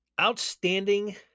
outstanding